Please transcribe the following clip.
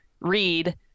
read